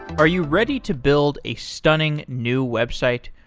are you ready to build a stunning new website?